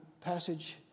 passage